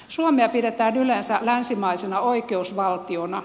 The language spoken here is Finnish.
suomea pidetään yleensä länsimaisena oikeusvaltiona